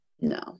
No